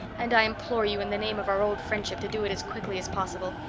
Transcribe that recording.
and i implore you in the name of our old friendship to do it as quickly as possible.